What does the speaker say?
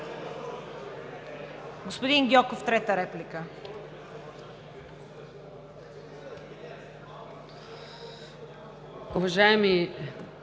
Господин Гьоков – трета реплика.